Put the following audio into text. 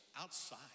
outside